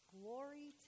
Glory